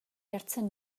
jartzen